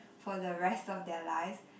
for the rest of their lives